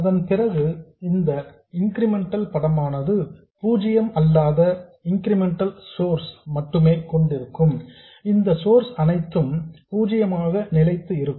அதன்பிறகு இந்த இன்கிரிமெண்டல் படமானது பூஜ்ஜியம் அல்லாத இன்கிரிமெண்டல் சோர்ஸ் மட்டுமே கொண்டிருக்கும் இந்த சோர்ஸ் அனைத்தும் பூஜ்யமாக நிலைத்து இருக்கும்